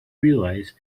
realize